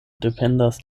dependas